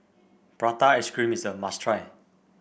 Prata Ice Cream is a must try